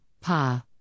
Pa